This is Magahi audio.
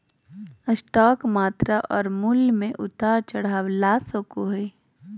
स्टॉक मात्रा और मूल्य में उतार चढ़ाव ला सको हइ